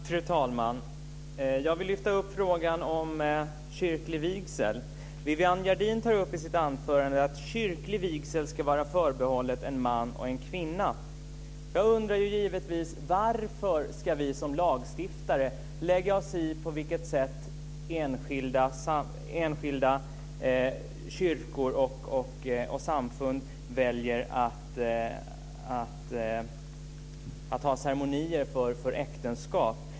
Fru talman! Jag vill lyfta upp frågan om kyrklig vigsel. Viviann Gerdin tar upp i sitt anförande att kyrklig vigsel ska vara förbehållen en man och en kvinna. Jag undrar givetvis varför vi som lagstiftare ska lägga oss i på vilket sätt enskilda kyrkor och samfund väljer att ha ceremonier för äktenskap.